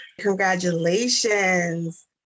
Congratulations